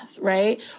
right